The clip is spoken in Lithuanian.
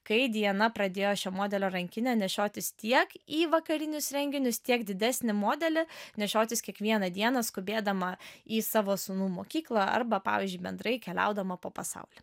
kai diana pradėjo šio modelio rankinę nešiotis tiek į vakarinius renginius tiek didesnį modelį nešiotis kiekvieną dieną skubėdama į savo sūnų mokyklą arba pavyzdžiui bendrai keliaudama po pasaulį